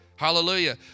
Hallelujah